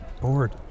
bored